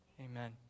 Amen